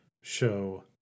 show